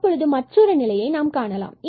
தற்பொழுது மற்றொரு நிலையை நாம் காணலாம்